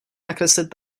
nakreslit